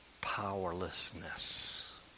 powerlessness